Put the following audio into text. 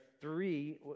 three